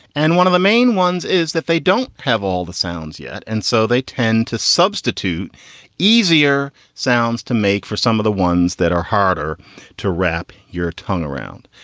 and one of the main ones is that they don't have all the sounds yet. and so they tend to substitute easier sounds to make for some of the ones that are harder to wrap your tongue around.